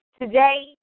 today